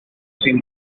sin